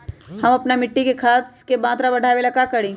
हम अपना मिट्टी में खाद के मात्रा बढ़ा वे ला का करी?